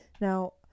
Now